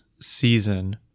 season